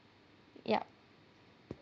yup